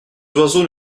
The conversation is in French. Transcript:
oiseaux